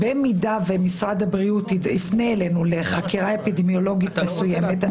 אם משרד הבריאות יפנה אלינו לחקירה אפידמיולוגית מסוימת,